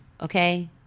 Okay